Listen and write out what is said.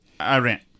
Iran